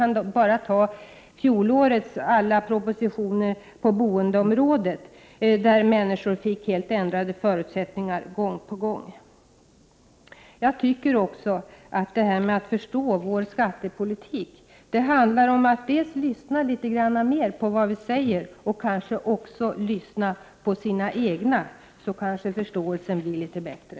Jag kan bara hänvisa till fjolårets alla propositioner på boendeområdet i vilka förutsättningarna gång på gång ändrades. För att förstå vår skattepolitik måste man lyssna mer på vad vi säger och kanske också lyssna på sina egna väljare.